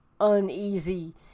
uneasy